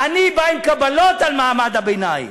אני בא עם קבלות על מעמד הביניים.